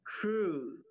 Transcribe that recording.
true